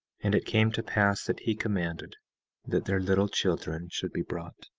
and it came to pass that he commanded that their little children should be brought.